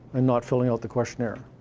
and not filling out the questionnaire.